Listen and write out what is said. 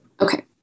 Okay